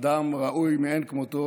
אדם ראוי מאין כמותו,